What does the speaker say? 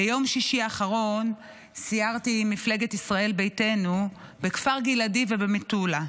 ביום שישי האחרון סיירתי עם מפלגת ישראל ביתנו בכפר גלעדי ובמטולה.